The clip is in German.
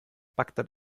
bagdad